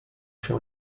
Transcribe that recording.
się